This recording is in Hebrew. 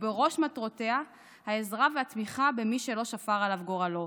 ובראש מטרותיה העזרה והתמיכה למי שלא שפר עליו גורלו.